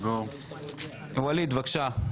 ואליד, בבקשה.